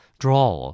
draw